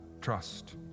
trust